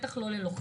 בטח לא ללוחם.